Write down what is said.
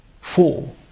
Four